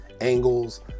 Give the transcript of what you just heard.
angles